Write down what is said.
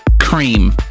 Cream